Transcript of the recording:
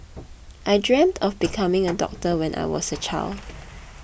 I dreamt of becoming a doctor when I was a child